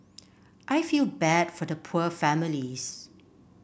I feel bad for the poor families